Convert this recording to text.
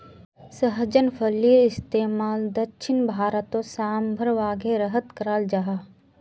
सहजन फलिर इस्तेमाल दक्षिण भारतोत साम्भर वागैरहत कराल जहा